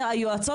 היועצות,